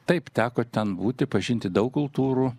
taip teko ten būti pažinti daug kultūrų